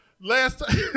Last